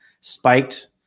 spiked